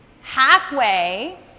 halfway